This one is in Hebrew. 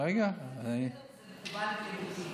זה בסדר וזה מקובל וזה לגיטימי.